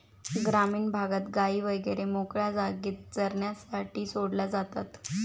ग्रामीण भागात गायी वगैरे मोकळ्या जागेत चरण्यासाठी सोडल्या जातात